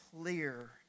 clear